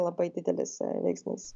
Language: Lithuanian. labai didelis veiksnys